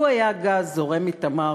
לו היה גז זורם מ"תמר",